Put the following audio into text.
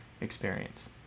experience